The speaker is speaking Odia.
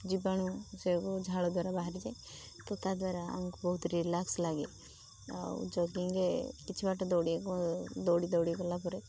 ଜୀବାଣୁ ସେବୁ ଝାଳ ଦ୍ୱାରା ବାହାରିଯାଏ ତ ତା ଦ୍ୱାରା ଆମକୁ ବହୁତ ରିଲାକ୍ସ ଲାଗେ ଆଉ ଜଗିଂ କିଛି ବାଟ ଦୌଡ଼ିବାକୁ ଦୌଡ଼ି ଦୌଡ଼ି ଗଲା ପରେ